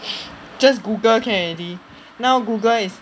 just Google can already now Google is